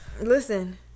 listen